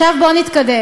עכשיו בואו נתקדם.